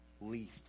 least